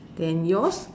then yours